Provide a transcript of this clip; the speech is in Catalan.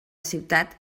ciutat